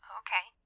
okay